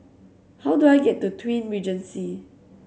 how do I get to Twin Regency